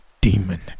demon